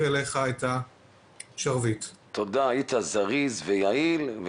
היית זריז ויעיל.